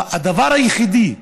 הדבר היחידי,